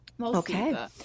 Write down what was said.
Okay